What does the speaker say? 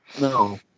No